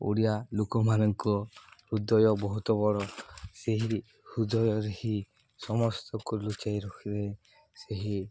ଓଡ଼ିଆ ଲୋକମାନଙ୍କ ହୃଦୟ ବହୁତ ବଡ଼ ସେହି ହୃଦୟରେ ହିଁ ସମସ୍ତଙ୍କୁ ଲୁଚାଇ ରଖିଲେ ସେହି